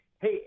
Hey